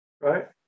Right